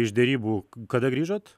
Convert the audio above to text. iš derybų kada grįžot